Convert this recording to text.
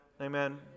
Amen